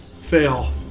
Fail